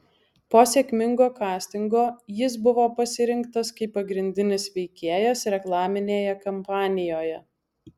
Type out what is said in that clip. po sėkmingo kastingo jis buvo pasirinktas kaip pagrindinis veikėjas reklaminėje kampanijoje